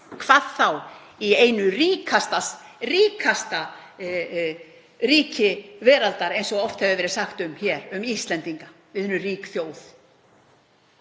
hvað þá í einu ríkasta ríki veraldar eins og oft hefur verið sagt um Ísland. Við erum rík þjóð